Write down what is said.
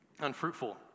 unfruitful